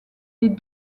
les